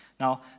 Now